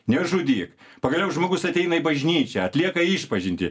nežudyk pagaliau žmogus ateina į bažnyčią atlieka išpažintį